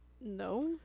No